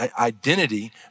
identity